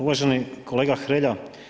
Uvaženi kolega Hrelja.